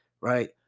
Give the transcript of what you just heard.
right